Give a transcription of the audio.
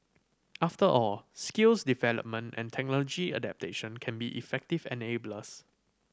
after all skills development and technology adoption can be effective enablers